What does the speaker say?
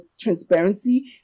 transparency